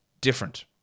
different